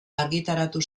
argitaratu